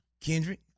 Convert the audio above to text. Kendrick